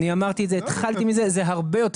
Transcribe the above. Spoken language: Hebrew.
גם אני אומר שזה יותר מסוכן.